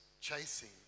chasing